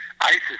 isis